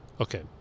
Okay